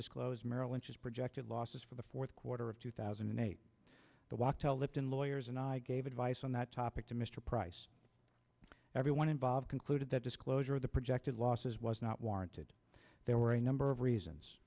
disclose merrill lynch's projected losses for the fourth quarter of two thousand and eight the walk to lipton lawyers and i gave advice on that topic to mr price everyone involved concluded that disclosure of the projected losses was not warranted there were a number of reasons